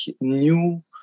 new